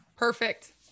Perfect